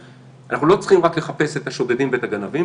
אנחנו לא צריכים רק לחפש את השודדים ואת הגנבים,